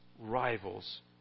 rivals